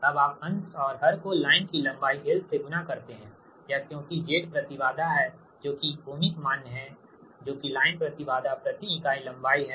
अब आप अंश और हर को लाइन की लंबाई l से गुणा करते हैंयह क्योंकि Z प्रति बाधा है जो की ओमिक मान्य है जो की लाइन प्रति बाधा प्रति इकाई लम्बाई है